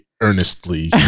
earnestly